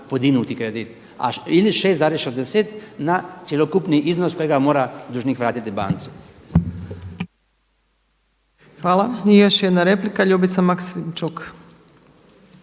podignuti kredit. A ili 6,60 na cjelokupni iznos kojega mora dužnik vratiti banci. **Opačić, Milanka (SDP)** Hvala. I još jedna replika Ljubica Maksimčuk.